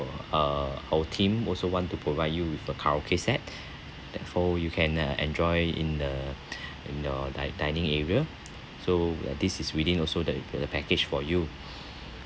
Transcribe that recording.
uh our team also want to provide you with a karaoke set therefore you can uh enjoy in the in your di~ dining area so where this is within also the the package for you